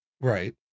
Right